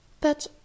But